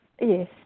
Yes